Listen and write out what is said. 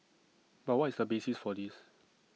but what is the basis for this